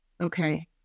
Okay